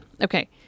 Okay